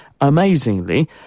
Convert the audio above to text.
Amazingly